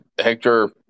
Hector